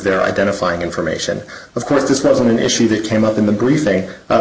their identifying information of course this was an issue that came up in the